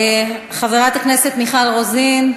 חברת הכנסת מיכל רוזין,